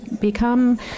become